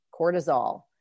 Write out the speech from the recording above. cortisol